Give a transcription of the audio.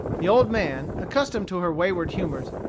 the old man, accustomed to her wayward humors,